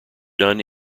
done